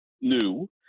new